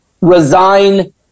resign